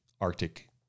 Arctic